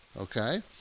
Okay